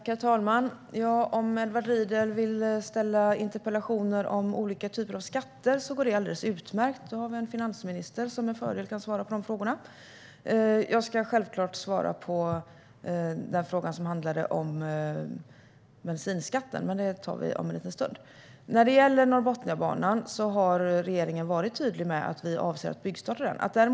Herr talman! Om Edward Riedl vill ställa interpellationer om olika typer av skatter går det alldeles utmärkt. Vi har en finansminister som med fördel kan svara på dessa frågor. Jag ska självklart svara på den fråga som handlade om bensinskatten, men det tar vi om en liten stund. Regeringen har varit tydlig med att vi avser att byggstarta Norrbotniabanan.